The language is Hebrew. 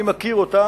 אני מכיר אותם,